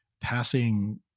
passing –